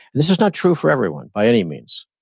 this is not true for everyone by any means.